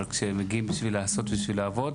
אבל כשמגיעים בשביל לעשות בשביל לעבוד,